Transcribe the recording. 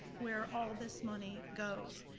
where all this money goes.